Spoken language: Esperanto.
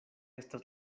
estas